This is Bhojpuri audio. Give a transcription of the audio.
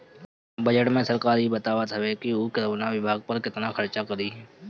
बजट में सरकार इ बतावत हवे कि उ कवना विभाग पअ केतना खर्चा करी